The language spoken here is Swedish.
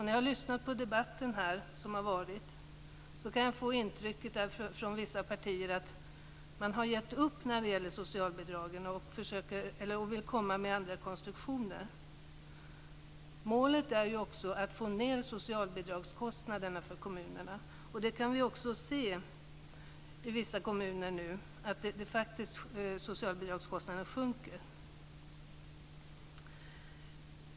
När jag lyssnar på debatten får jag intrycket att man från vissa partier har gett upp i fråga om socialbidragen och vill komma med andra konstruktioner. Målet är ju också att få ned socialbidragskostnaderna för kommunerna. I vissa kommuner sjunker nu faktiskt dessa kostnader.